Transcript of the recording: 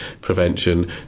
prevention